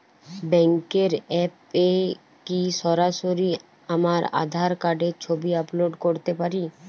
ব্যাংকের অ্যাপ এ কি সরাসরি আমার আঁধার কার্ডের ছবি আপলোড করতে পারি?